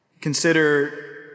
Consider